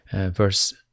verse